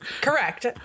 Correct